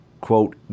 quote